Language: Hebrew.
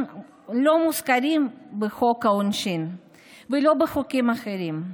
לא מוזכרים בחוק העונשין ולא בחוקים אחרים.